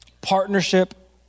partnership